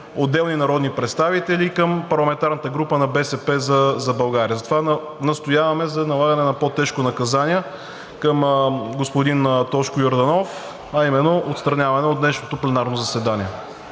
отделни народни представители и към парламентарната група на „БСП за България“, затова настояваме за налагане на по-тежко наказание към господин Тошко Йорданов, а именно отстраняване от днешното пленарно заседание.